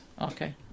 Okay